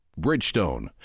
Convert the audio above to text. Bridgestone